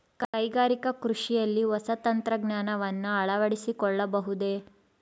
ಕೈಗಾರಿಕಾ ಕೃಷಿಯಲ್ಲಿ ಹೊಸ ತಂತ್ರಜ್ಞಾನವನ್ನ ಅಳವಡಿಸಿಕೊಳ್ಳಬಹುದೇ?